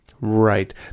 right